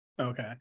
okay